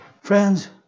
Friends